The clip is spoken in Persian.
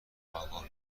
آگاه